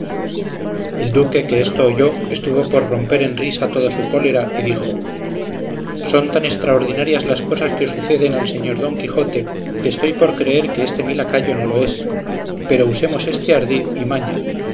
el duque que esto oyó estuvo por romper en risa toda su cólera y dijo son tan extraordinarias las cosas que suceden al señor don quijote que estoy por creer que este mi lacayo no lo es pero usemos deste ardid y maña